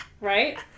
Right